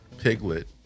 Piglet